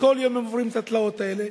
וכל יום הם עוברים את התלאות האלה.